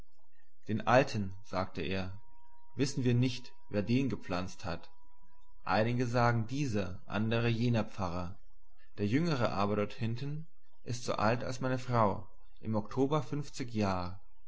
den alten sagte er wissen wir nicht wer den gepflanzt hat einige sagen dieser andere jener pfarrer der jüngere aber dort hinten ist so alt als meine frau im oktober funfzig jahr